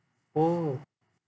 oh